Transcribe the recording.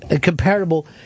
comparable